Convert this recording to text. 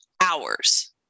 hours